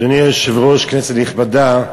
אדוני היושב-ראש, כנסת נכבדה,